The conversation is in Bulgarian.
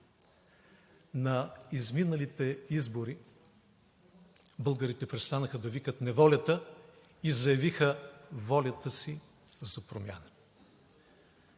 На изминалите избори българите престанаха да викат неволята и заявиха волята си за промяна.